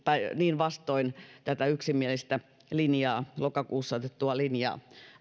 on niin vastoin tätä yksimielistä lokakuussa otettua linjaa